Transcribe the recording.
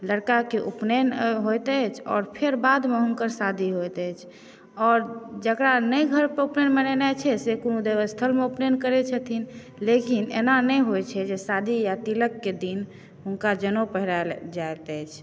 लड़का के उपनयन होइत अछि ओर फेर बादमे हुनकर शादी होइत अछि और जकरा नहि घर पर उपनयन मनेनाइ छै से कोनो देवस्थलमे उपनयन करै छथिन लेकिन एना नहि होइ छै जे शादी आ तिलक के दिन हुनका जनऊ पहिरायल जाइत अछि